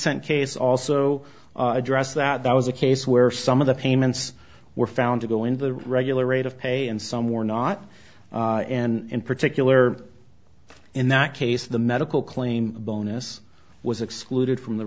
sent case also address that that was a case where some of the payments were found to go into the regular rate of pay and some were not and in particular in that case the medical claim bonus was excluded from the